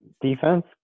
defense